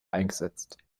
eingesetzt